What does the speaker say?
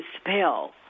spell